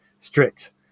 strict